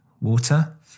water